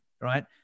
right